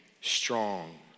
strong